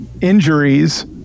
injuries